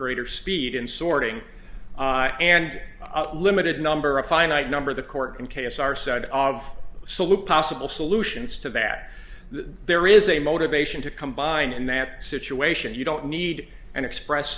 greater speed in sorting and limited number of finite number the court in case our side of salou possible solutions to bad there is a motivation to combine in that situation you don't need and express